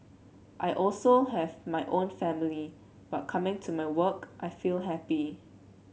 I also have my own family but coming to my work I feel happy